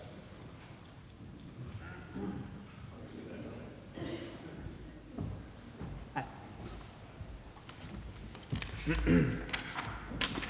Tak